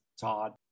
Todd